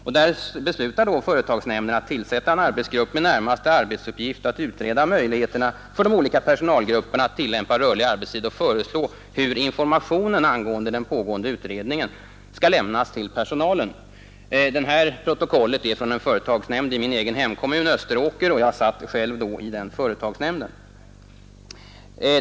I protokollet heter det: ”Företagsnämnden beslutar, att tillsätta en arbetsgrupp ——— med närmaste arbetsuppgift att utreda möjligheterna för de olika personalgrupperna att tillämpa rörlig arbetstid och föreslå hur informationen angående den pågående utredningen skall lämnas till personalen.” Detta protokoll är från en företagsnämnd i min egen hemkommun Österåker, och jag tillhörde själv denna företagsnämnd.